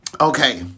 Okay